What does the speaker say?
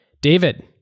David